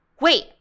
Wait